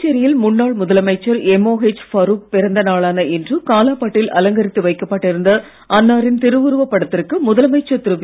புதுச்சேரியில் முன்னாள் முதலமைச்சர் எம்ஒஎச் ஃபரூக் பிறந்த நாளான இன்று காலாபட்டில் அலங்கரித்து வைக்கப்பட்டிருந்த அன்னாரின் திருவுருவப் படத்திற்கு வி